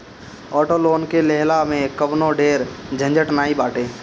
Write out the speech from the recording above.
auto loan के लेहला में कवनो ढेर झंझट नाइ बाटे